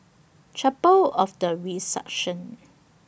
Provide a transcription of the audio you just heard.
Chapel of The Resurrection